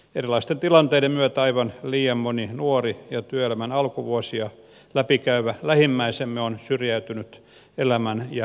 erilaisten tilanteiden myötä aivan liian moni nuori ja työelämän alkuvuosia läpi käyvä lähimmäisemme on syrjäytynyt elämän ja työelämän marginaaliin